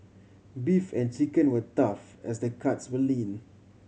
beef and chicken were tough as the cuts were lean